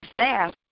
staff